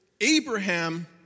Abraham